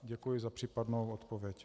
Děkuji za případnou odpověď.